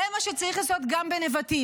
זה מה שצריך לעשות גם בנבטים,